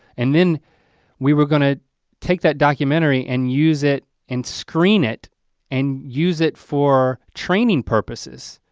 and then we were gonna take that documentary and use it and screen it and use it for training purposes.